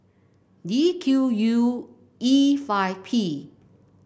D Q U E five P